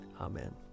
Amen